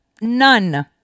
None